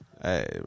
hey